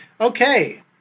Okay